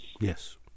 Yes